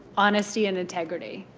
honesty, and integrity.